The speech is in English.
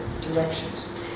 directions